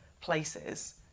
places